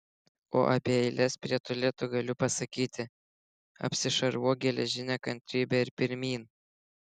o apie eiles prie tualetų galiu pasakyti apsišarvuok geležine kantrybe ir pirmyn